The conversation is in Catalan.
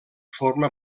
forma